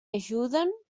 ajuden